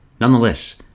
Nonetheless